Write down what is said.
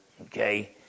okay